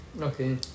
Okay